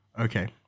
Okay